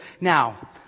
Now